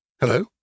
Hello